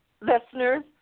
listeners